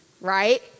right